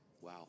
Wow